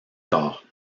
corps